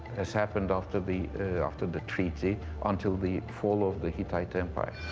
has happened after the after the treaty until the fall of the hittite empire.